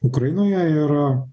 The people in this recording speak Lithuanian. ukrainoje ir